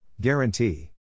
Guarantee